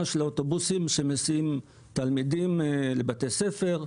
של האוטובוסים שמסיעים תלמידים לבתי ספר.